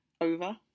over